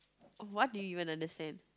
oh what do you even understand